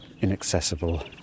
Inaccessible